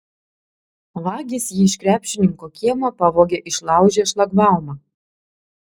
vagys jį iš krepšininko kiemo pavogė išlaužę šlagbaumą